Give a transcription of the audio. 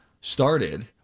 started